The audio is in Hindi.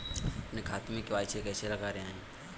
अपने खाते में के.वाई.सी कैसे कराएँ?